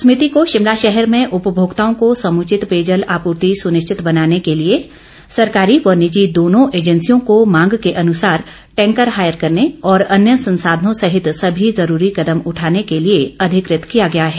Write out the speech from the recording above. समिति शिमला शहर में उपभोक्ताओं को समुचित पेयजल आपूर्ति सुनिश्चित बनाने के लिए सरकारी व निजी दोनों एजेंसियों को मांग के अनुसार टैंकर हायर करने और अन्य संसाधनों सहित सभी जरूरी कदम उठाने के लिए अधिकत किया गया है